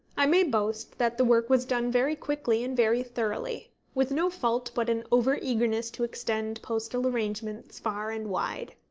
i may boast that the work was done very quickly and very thoroughly with no fault but an over-eagerness to extend postal arrangements far and wide.